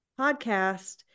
podcast